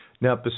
Now